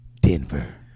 Denver